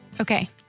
Okay